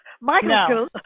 Michael